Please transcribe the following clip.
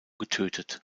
getötet